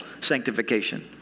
sanctification